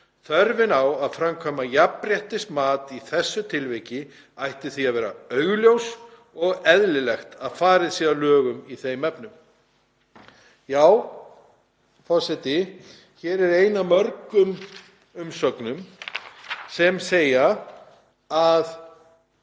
Þörfin á að framkvæma jafnréttismat í þessu tilviki ætti því að vera augljós og eðlilegt að farið sé að lögum í þeim efnum.“ Forseti. Hér er ein af mörgum umsögnum sem segir að